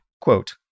quote